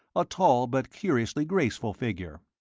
a tall but curiously graceful figure.